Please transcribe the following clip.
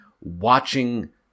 watching